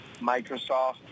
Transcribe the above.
Microsoft